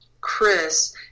Chris